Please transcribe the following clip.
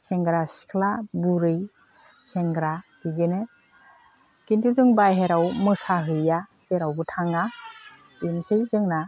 सेंग्रा सिख्ला बुरै सेंग्रा बिदिनो खिन्थु जों बाहेरायाव मोसाहैया जेरावबो थाङा बेनोसै जोंना